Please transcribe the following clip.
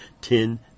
ten